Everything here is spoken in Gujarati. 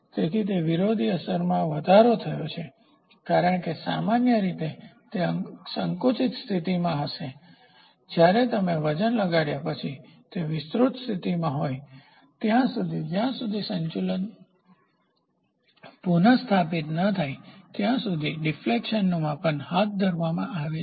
તેથી વિરોધી અસરમાં વધારો થયો છે કારણ કે સામાન્ય રીતે તે એક સંકુચિત સ્થિતિમાં હશે જ્યારે તમે વજન લગાડ્યા પછી તે વિસ્તૃત સ્થિતિમાં હોય ત્યાં સુધી જ્યાં સુધી સંતુલન પુનસ્થાપિત ન થાય ત્યાં સુધી ડિફેક્શનનું માપન હાથ ધરવામાં આવે છે